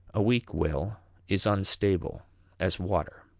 a weak will is unstable as water.